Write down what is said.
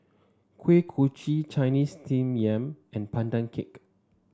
Kuih Kochi Chinese Steamed Yam and Pandan Cake